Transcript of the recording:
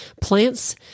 plants